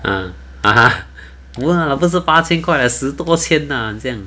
(uh huh) no lah 不是八千块 ah 十多千 ah 这样